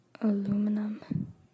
Aluminum